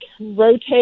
rotate